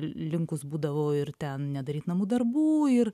linkus būdavau ir ten nedaryt namų darbų ir